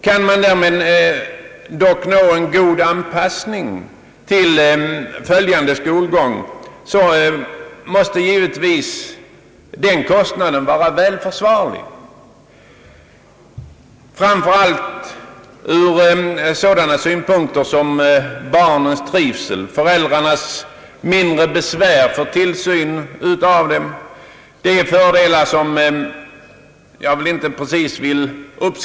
Kan man därmed dock nå en god anpassning till efterföljande skolgång måste givetvis den kostnaden vara välförsvarlig, framför allt ur sådana synpunkter som barnens trivsel och föräldrarnas mindre besvär när det gäller tillsynen av barnen.